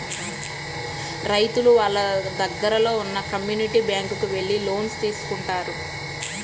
రైతులు వాళ్ళ దగ్గరలో ఉన్న కమ్యూనిటీ బ్యాంక్ కు వెళ్లి లోన్స్ తీసుకుంటారు